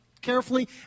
carefully